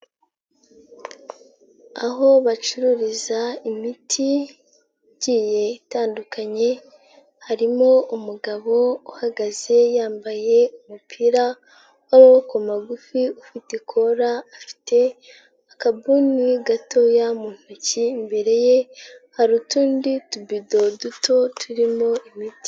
Aho bacururiza imiti igiye itandukanye harimo umugabo uhagaze yambaye umupira w'amaboko magufi ufite ikora, afite akabuni gatoya mu ntoki, imbere ye hari utundi tubido duto turimo imiti.